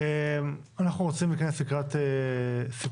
אנחנו רוצים להתכנס לקראת סיכום.